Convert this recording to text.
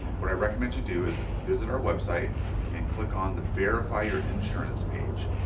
what i recommend you do is visit our website and click on the verify your insurance page.